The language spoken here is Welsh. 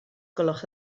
gwelwch